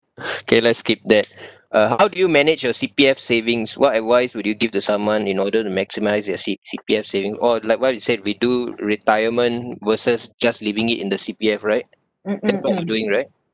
okay let's skip that uh how do you manage your C_P_F savings what advice would you give to someone in order to maximise your C C_P_F savings oh like what we said we do retirement versus just leaving it in the C_P_F right that's what we doing right